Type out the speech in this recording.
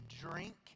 drink